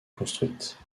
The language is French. construite